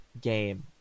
game